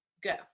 Go